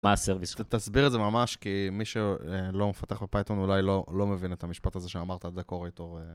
תסביר את זה ממש, כי מי שלא מפתח בפייטון אולי לא מבין את המשפט הזה שאמרת דקוריטור.